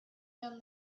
down